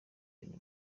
ibyo